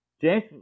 James